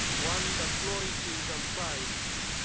one that flourishes and thrives,